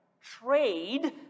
trade